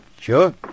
Sure